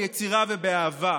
ביצירה ובאהבה.